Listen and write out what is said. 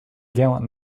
gallant